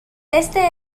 este